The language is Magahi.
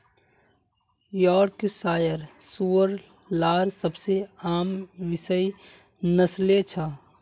यॉर्कशायर सूअर लार सबसे आम विषय नस्लें छ